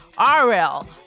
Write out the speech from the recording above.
RL